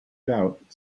doubt